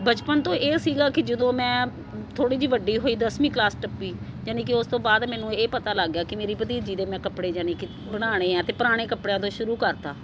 ਬਚਪਨ ਤੋਂ ਇਹ ਸੀਗਾ ਕਿ ਜਦੋਂ ਮੈਂ ਥੋੜ੍ਹੀ ਜਿਹੀ ਵੱਡੀ ਹੋਈ ਦਸਵੀਂ ਕਲਾਸ ਟੱਪੀ ਯਾਨੀ ਕਿ ਉਸ ਤੋਂ ਬਾਅਦ ਮੈਨੂੰ ਇਹ ਪਤਾ ਲੱਗ ਗਿਆ ਕਿ ਮੇਰੀ ਭਤੀਜੀ ਦੇ ਮੈਂ ਕੱਪੜੇ ਯਾਨੀ ਕਿ ਬਣਾਉਣੇ ਆ ਅਤੇ ਪੁਰਾਣੇ ਕੱਪੜਿਆਂ ਤੋਂ ਸ਼ੁਰੂ ਕਰਤਾ